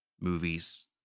movies